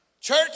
Church